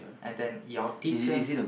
and then your teacher